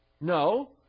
No